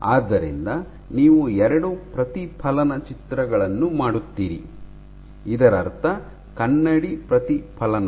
ಆದ್ದರಿಂದ ನೀವು ಎರಡು ಪ್ರತಿಫಲನ ಚಿತ್ರಗಳನ್ನು ಮಾಡುತ್ತೀರಿ ಇದರರ್ಥ ಕನ್ನಡಿ ಪ್ರತಿಫಲನಗಳು